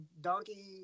donkey